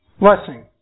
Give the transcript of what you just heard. Blessing